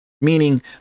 meaning